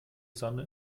sonne